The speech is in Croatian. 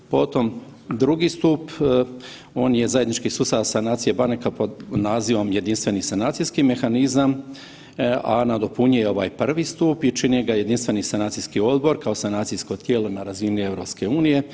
Potom drugi stup, on je zajednički sustav sanacije banaka pod nazivom „jedinstveni sanacijski mehanizam“, a nadopunjuje ovaj prvi stup i čini ga jedinstveni sanacijski odbor kao sanacijsko tijelo na razini EU.